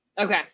Okay